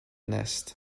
nest